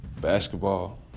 basketball